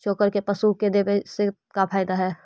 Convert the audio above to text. चोकर के पशु के देबौ से फायदा का है?